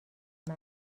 است